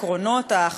בעקרון השוויון,